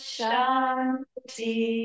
Shanti